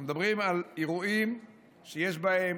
אנחנו מדברים על אירועים שיש בהם